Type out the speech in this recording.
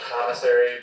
commissary